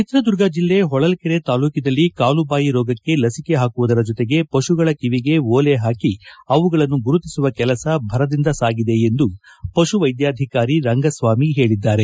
ಚಿತ್ರದುರ್ಗ ಜಿಲ್ಲೆ ಹೊಳಲ್ಕೆರೆ ತಾಲೂಕಿನಲ್ಲಿ ಕಾಲುಬಾಯಿ ರೋಗಕ್ಕೆ ಲಸಿಕೆ ಹಾಕುವ ಜೊತೆಗೆ ಪಶುಗಳ ಕಿವಿಗೆ ಓಲೆ ಹಾಕಿ ಅವುಗಳನ್ನು ಗುರುತಿಸುವ ಕೆಲಸ ಭರದಿಂದ ಸಾಗಿದೆ ಎಂದು ಪಶುವೈದ್ಧಾಧಿಕಾರಿ ರಂಗಸ್ವಾಮಿ ಹೇಳಿದ್ದಾರೆ